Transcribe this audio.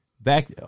Back